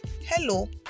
hello